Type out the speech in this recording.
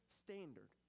standard